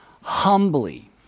humbly